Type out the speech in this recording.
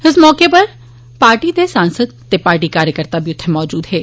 इस मौके उप्पर पार्टी दे सांसद ते पार्टी कार्यकर्ता बी मौजूद हे